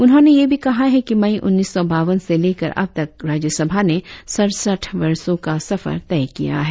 उन्होंने यह भी कहा है कि मई उन्नीस सौ बावन से लेकर अबतक राज्यसभा ने सड़सठ वर्षों का सफर तय किया है